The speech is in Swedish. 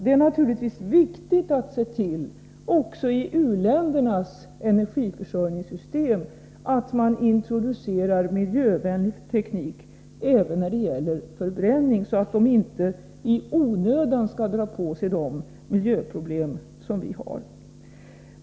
Det är naturligtvis viktigt att man också i u-ländernas energiförsörjningssystem introducerar miljövänlig teknik, bl.a. för förbränning, så att man där inte i onödan skall dra på sig de miljöproblem som vi har.